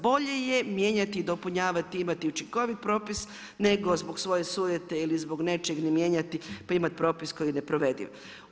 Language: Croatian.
Bolje je mijenjati i dopunjavati i imati učinkovit propis nego zbog svoje sujete ili zbog nečeg ne mijenjati pa imati propis koji je neprovediv.